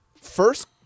first